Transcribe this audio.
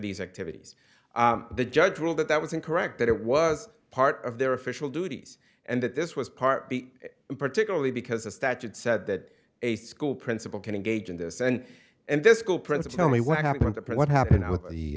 these activities the judge ruled that that was incorrect that it was part of their official duties and that this was part b particularly because the statute said that a school principal can engage in this and and the school principal tell me what happened to put what happened